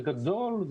בגדול,